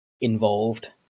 involved